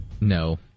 no